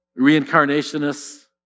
reincarnationists